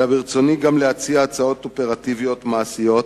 אלא ברצוני גם להציע הצעות אופרטיביות, מעשיות,